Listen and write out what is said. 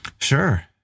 Sure